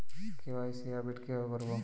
KYC update কিভাবে করবো?